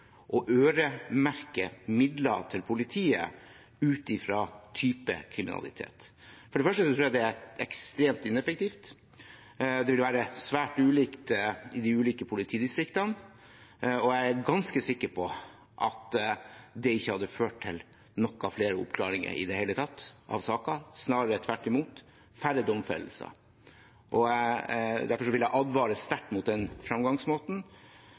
midler til politiet ut fra type kriminalitet. For det første tror jeg det er ekstremt ineffektivt, det vil være svært ulikt i de ulike politidistriktene, og jeg er ganske sikker på at det ikke hadde ført til noen flere oppklaringer av saker i det hele tatt, snarere tvert imot færre domfellelser. Derfor vil jeg advare sterkt mot den fremgangsmåten.